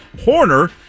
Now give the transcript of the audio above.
Horner